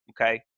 okay